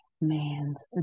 man's